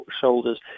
shoulders